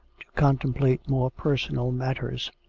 contemplate more personal matters.